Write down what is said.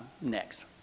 next